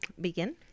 begin